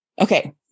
okay